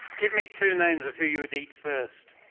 give me two names of who you would eat first.